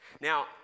Now